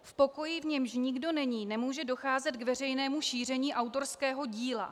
V pokoji, v němž nikdo není, nemůže docházet k veřejnému šíření autorského díla.